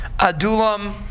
Adulam